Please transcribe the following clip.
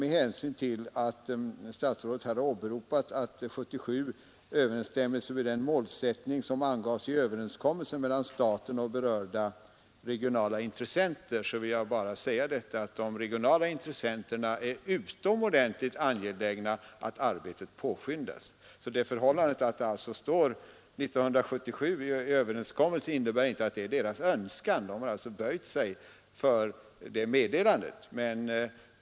Med hänsyn till att statsrådet här har åberopat att tidpunkten — 1977 — överensstämmer med den målsättning som angavs i överenskommelsen mellan staten och berörda regionala intressenter, vill jag säga att de regionala intressenterna är utomordentligt angelägna att arbetet påskyndas. Det förhållandet att det står 1977 i överenskommelsen innebär inte att det är deras önskan att flygplatsen tas i bruk då; de har böjt sig för det meddelandet.